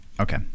Okay